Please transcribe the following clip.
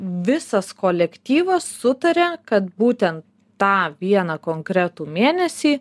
visas kolektyvas sutaria kad būtent tą vieną konkretų mėnesį